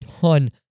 ton